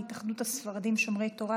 מהתאחדות הספרדים שומרי תורה,